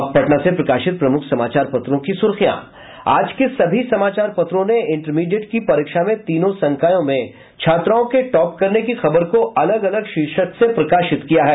अब पटना से प्रकाशित प्रमुख समाचार पत्रों की सुर्खियां आज के सभी समाचार पत्रों ने इंटरमीडिएट की परीक्षा में तीनों संकायों में छात्राओं के टॉप करने की खबर को अलग अलग शीर्षक से प्रकाशित किया है